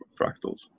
fractals